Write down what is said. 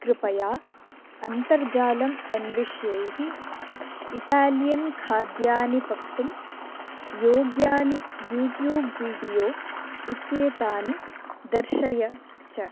कृपया अन्तर्जालम् अन्विष्यैः इटालियन् खाद्यानि पक्तुं योग्यानि युट्यूब् वीडियो इत्येतानि दर्शय च